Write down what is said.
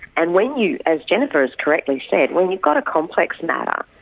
and when you, as jennifer has correctly said, when you've got a complex matter,